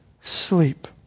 sleep